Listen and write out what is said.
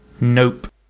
Nope